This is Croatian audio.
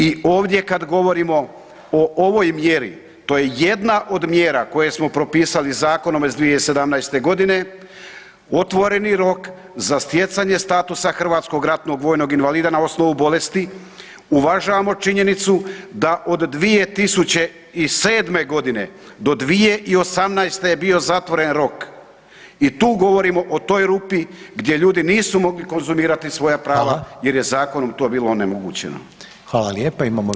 I ovdje kad govorimo o ovoj mjeri to je jedna od mjera koje smo propisali zakonom iz 2017. godine otvoreni rok za stjecanje statusa hrvatskog ratnog vojnog invalida na osnovu bolesti uvažavamo činjenicu da od 2007. godine do 2018. je bio zatvoren rok i tu govorimo o toj rupi gdje ljudi nisu mogli konzumirati svoja prava jer je zakonom to bilo onemogućeno.